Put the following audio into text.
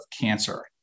cancer